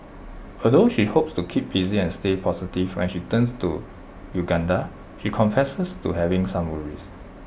although she hopes to keep busy and stay positive when she returns to Uganda she confesses to having some worries